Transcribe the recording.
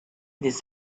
these